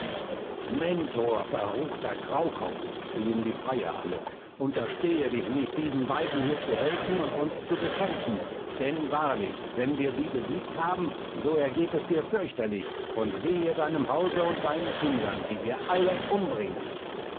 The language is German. mentor verruchter graukopf schrieen die freier alle unterstehe dich nicht diesen beiden hier zu helfen und uns zu bekämpfen denn wahrlich wenn wir sie besiegt haben so ergeht es dir fürchterlich und wehe deinem hause und deinen kindern die wir alle umbringen